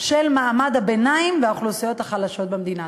של מעמד הביניים והאוכלוסיות החלשות במדינה.